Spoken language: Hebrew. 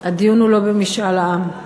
הדיון הוא לא במשאל עם,